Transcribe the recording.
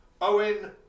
Owen